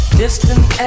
distant